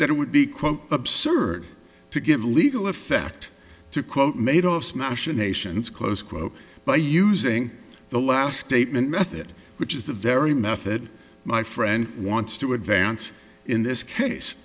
that it would be quote absurd to give legal effect to quote made off machinations close quote by using the last statement method which is the very method my friend wants to advance in this case